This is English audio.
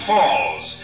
Falls